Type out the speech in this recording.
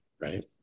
Right